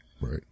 Right